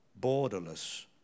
borderless